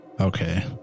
Okay